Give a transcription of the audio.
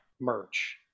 merch